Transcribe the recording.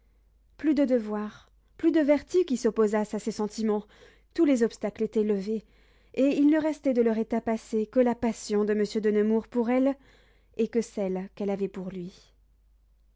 plus de devoir plus de vertu qui s'opposassent à ses sentiments tous les obstacles étaient levés et il ne restait de leur état passé que la passion de monsieur de nemours pour elle et que celle qu'elle avait pour lui